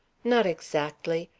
not exactly.